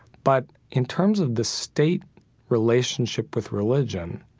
but, in terms of the state relationship with religion,